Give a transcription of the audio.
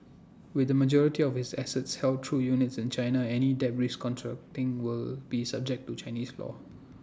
with the majority of its assets held through units in China any debt restructuring will be subject to Chinese law